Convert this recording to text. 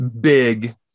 big